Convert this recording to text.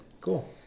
Cool